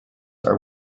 are